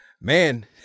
man